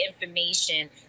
information